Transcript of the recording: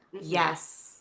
Yes